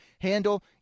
handle